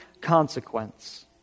consequence